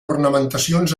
ornamentacions